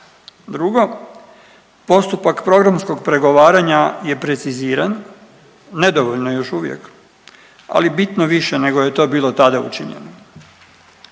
Drugo, postupak programskog pregovaranja je preciziran, nedovoljno još uvijek, ali bitno više nego je to bilo tada učinjeno.